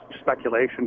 speculation